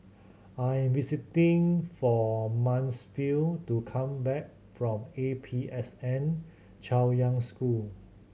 I am visiting for Mansfield to come back from A P S N Chaoyang School